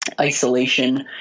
Isolation